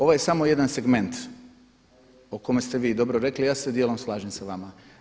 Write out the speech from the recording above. Ovo je samo jedan segment o kome ste vi dobro rekli, ja se dijelom slažem s vama.